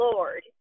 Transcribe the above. Lord